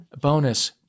bonus